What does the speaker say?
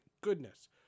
goodness